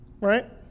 Right